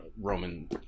Roman